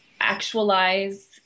actualize